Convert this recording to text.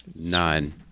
Nine